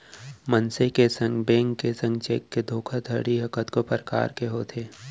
मनसे के संग, बेंक के संग चेक के धोखाघड़ी ह कतको परकार ले होथे